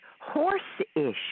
horse-ish